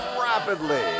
rapidly